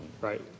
Right